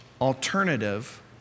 alternative